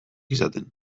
izaten